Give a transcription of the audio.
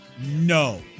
no